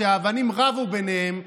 כשהאבנים רבו ביניהן,